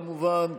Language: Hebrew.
כמובן,